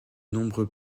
nombreux